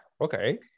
Okay